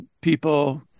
people